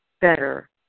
better